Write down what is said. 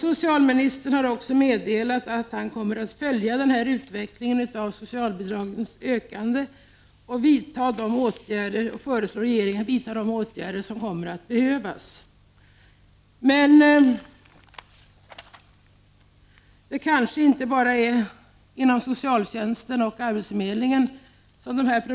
Socialministern har också meddelat att han kommer att följa utvecklingen med de ökande socialbidragen och föreslå regeringen att vidta de åtgärder som kommer att behövas. Dessa problem behöver dock inte bara analyseras inom socialtjänsten och arbetsförmedlingen.